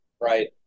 right